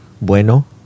Bueno